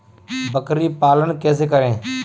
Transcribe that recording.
बकरी पालन कैसे करें?